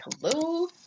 hello